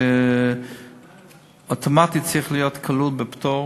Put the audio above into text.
כי זה אוטומטית צריך להיות כלול בפטור